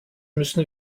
müssen